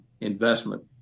Investment